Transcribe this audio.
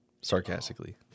sarcastically